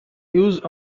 used